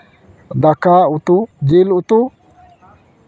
ᱫᱟᱠᱟ ᱩᱛᱩ ᱡᱤᱞ ᱩᱛᱩ